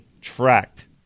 tracked